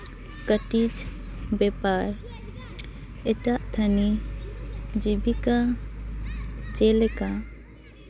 ᱠᱟᱹᱴᱤᱡ ᱵᱮᱯᱟᱨ ᱮᱴᱟᱜ ᱛᱷᱟᱱᱤ ᱡᱤᱵᱤᱠᱟ ᱡᱮᱞᱮᱠᱟ